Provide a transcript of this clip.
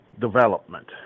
development